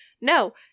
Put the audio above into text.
No